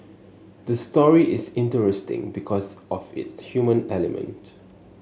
the story is interesting because of its human element